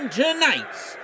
tonight's